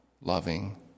loving